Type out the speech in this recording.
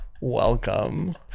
welcome